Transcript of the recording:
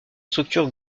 structure